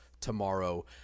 tomorrow